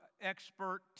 expert